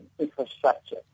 infrastructure